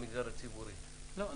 לא,